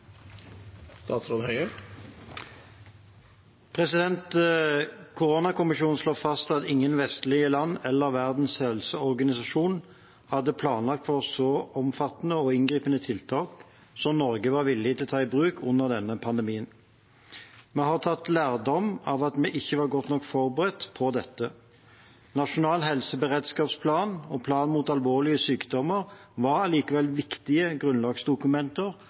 Koronakommisjonen slår fast at ingen vestlige land eller WHO hadde planlagt for så omfattende og inngripende tiltak som Norge var villig til å ta i bruk under denne pandemien. Vi har tatt lærdom av at vi ikke var godt nok forberedt på dette. Nasjonal helseberedskapsplan og plan mot alvorlige sykdommer var likevel viktige grunnlagsdokumenter